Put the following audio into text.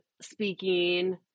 speaking